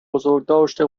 بزرگداشت